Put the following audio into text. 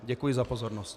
Děkuji za pozornost.